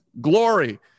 glory